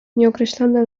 nieokreślony